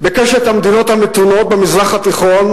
בקשת המדינות המתונות במזרח התיכון,